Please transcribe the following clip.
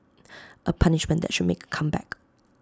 A punishment that should make A comeback